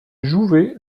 jouvet